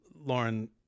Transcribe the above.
Lauren